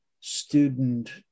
student